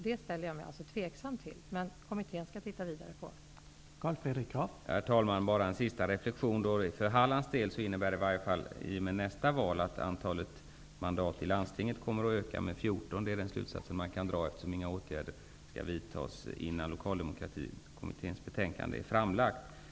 Det är jag alltså tveksam till, men kommittén skall titta vidare på detta.